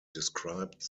described